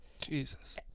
jesus